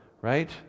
Right